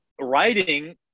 writing